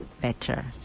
better